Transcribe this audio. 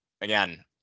again